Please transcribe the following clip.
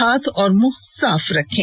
हाथ और मुंह साफ रखें